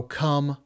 come